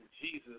Jesus